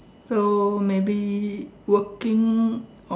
so maybe working or